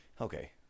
okay